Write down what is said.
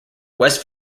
west